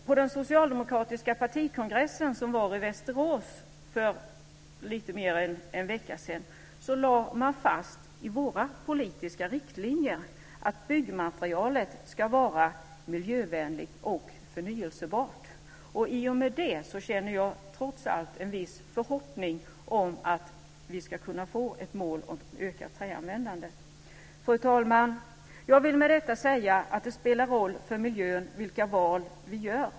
På den socialdemokratiska partikongressen som ägde rum i Västerås för lite mer än en vecka sedan lade man fast i våra politiska riktlinjer att byggmaterialet ska vara miljövänligt och förnybart. I och med det känner jag trots allt en viss förhoppning att vi ska kunna få ett mål om ökat träanvändande. Fru talman! Jag vill med detta säga att det spelar roll för miljön vilka val vi gör.